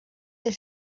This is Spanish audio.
del